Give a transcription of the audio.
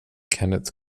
kenneth